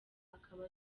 akaba